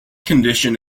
condition